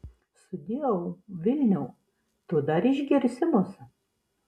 sudieu vilniau tu dar išgirsi mus